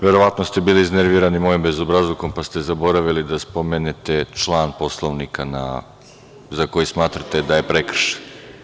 Verovatno ste bili iznervirani mojim bezobrazlukom pa ste zaboravili da spomenete član Poslovnika za koji smatrate da je prekršen.